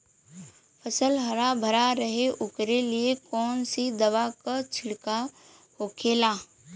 फसल हरा भरा रहे वोकरे लिए कौन सी दवा का छिड़काव होखेला?